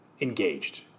engaged